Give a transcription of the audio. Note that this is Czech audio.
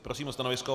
Prosím o stanovisko.